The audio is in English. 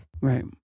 Right